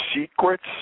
Secrets